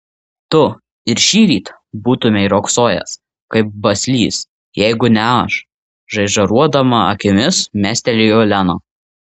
tu ir šįryt būtumei riogsojęs kaip baslys jeigu ne aš žaižaruodama akimis mestelėjo lena